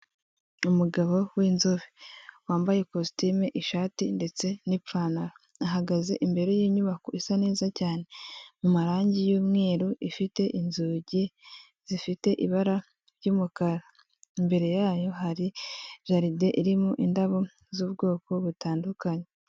Umugabo w'inzobe wambaye kositime, ishati ndetse n'ipantaro, ahagaze imbere y'inyubako isa neza cyane mu marangi y'umweru ifite inzugi zifite ibara ry'umukara, imbere yayo hari jaride irimo indabo z'ubwoko butandukanye.